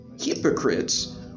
Hypocrites